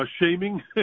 shaming